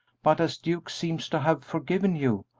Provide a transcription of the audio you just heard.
but as duke seems to have forgiven you,